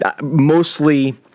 mostly